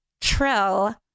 trill